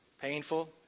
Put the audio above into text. painful